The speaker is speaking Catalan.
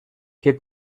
que